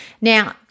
Now